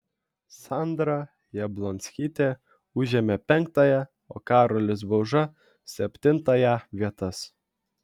sandra jablonskytė užėmė penktąją o karolis bauža septintąją vietas